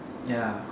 ya